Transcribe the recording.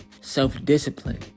self-discipline